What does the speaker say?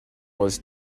was